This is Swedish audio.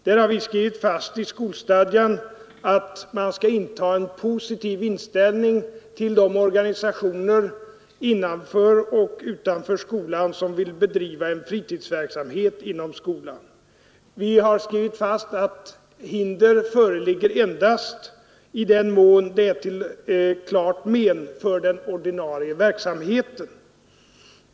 Där har vi skrivit fast i skolstadgan att man skall inta en positiv inställning till de organisationer innanför och utanför skolan som vill bedriva en fritidsverksamhet inom skolan. Vi har skrivit fast att hinder föreligger endast i den mån det är till klart men för den ordinarie verksamheten.